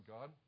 God